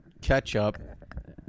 ketchup